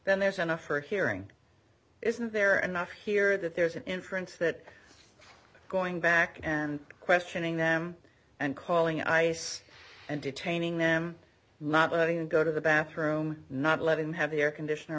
then there's an a for hearing isn't there enough here that there's an inference that going back and questioning them and calling ice and detaining them not letting them go to the bathroom not let him have the air conditioner